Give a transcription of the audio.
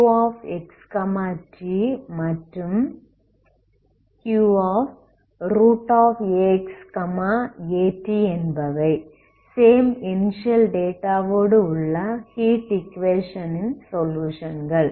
Qx t மற்றும் Qax at என்பவை same initial டேட்டாவோடு உள்ள ஹீட் ஈக்குவேஷன் ன் சொலுயுஷன்கள்